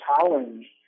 challenge